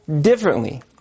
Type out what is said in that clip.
differently